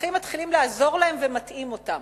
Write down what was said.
המשגיחים מתחילים לעזור להם ומטעים אותם,